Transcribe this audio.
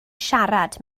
siarad